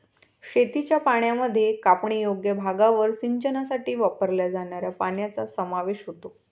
शेतीच्या पाण्यामध्ये कापणीयोग्य भागावर सिंचनासाठी वापरल्या जाणाऱ्या पाण्याचा समावेश होतो